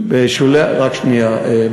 רק שנייה.